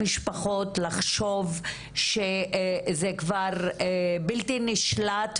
עלול לקרות עם הבנות שלהם כאשר הן יוצאות לחיים הציבוריים.